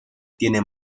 tiene